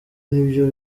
nibyo